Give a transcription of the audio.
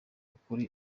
ukuri